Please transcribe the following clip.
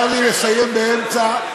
צר לי לסיים באמצע,